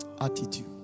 Attitude